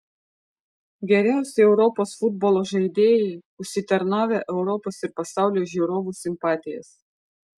geriausi europos futbolo žaidėjai užsitarnavę europos ir pasaulio žiūrovų simpatijas